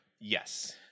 Yes